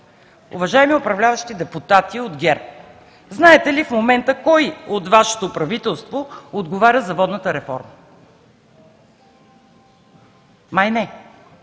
Уважаеми управляващи депутати от ГЕРБ, знаете ли в момента кой от Вашето правителство отговаря за водната реформа? Май не.